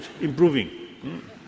Improving